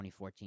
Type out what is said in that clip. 2014